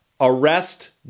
ARREST